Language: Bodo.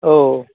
औ